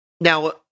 Now